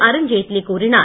அருண்ஜேட்லி கூறினார்